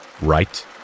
Right